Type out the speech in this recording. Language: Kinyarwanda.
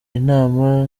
inama